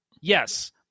Yes